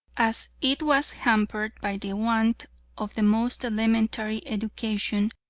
as it was, hampered by the want of the most elementary education,